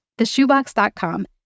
theshoebox.com